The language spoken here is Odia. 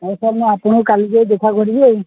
ହଁ ସାର୍ ମୁଁ ଆପଣଙ୍କୁ କାଲି ଯାଇ ଦେଖା କରିବି ଆଉ